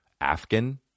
Afghan